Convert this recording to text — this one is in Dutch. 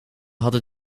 hadden